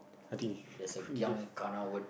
there's a giam gana word